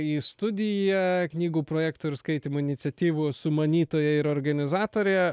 į studiją knygų projektų ir skaitymų iniciatyvos sumanytoja ir organizatorė